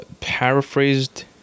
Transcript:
paraphrased